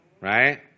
right